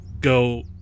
go